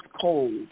cold